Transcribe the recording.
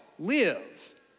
Live